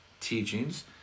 teachings